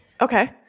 Okay